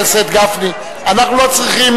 גפני, אנחנו לא צריכים